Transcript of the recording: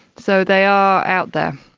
so they are are out there.